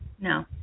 No